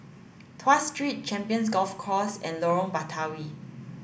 Tuas Street Champions Golf Course and Lorong Batawi